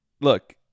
look